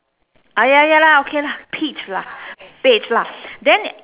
ah ya ya lah okay lah peach lah beige lah then